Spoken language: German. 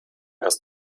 erst